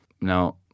Now